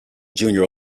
junior